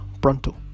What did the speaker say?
pronto